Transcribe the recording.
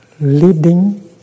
leading